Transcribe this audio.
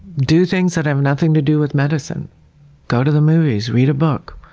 do things that have nothing to do with medicine go to the movies, read a book,